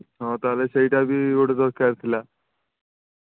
ହଁ ତା'ହେଲେ ସେଇଟା ବି ଗୋଟେ ଦରକାର ଥିଲା